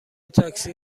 تاکسی